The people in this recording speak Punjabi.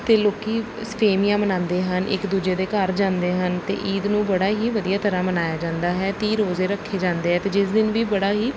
ਅਤੇ ਲੋਕ ਸੇਮੀਆਂ ਬਣਾਉਂਦੇ ਹਨ ਇੱਕ ਦੂਜੇ ਦੇ ਘਰ ਜਾਂਦੇ ਹਨ ਅਤੇ ਈਦ ਨੂੰ ਬੜਾ ਹੀ ਵਧੀਆ ਤਰ੍ਹਾਂ ਮਨਾਇਆ ਜਾਂਦਾ ਹੈ ਤੀਹ ਰੋਜੇ ਰੱਖੇ ਜਾਂਦੇ ਆ ਅਤੇ ਜਿਸ ਦਿਨ ਵੀ ਬੜਾ ਹੀ